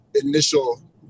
initial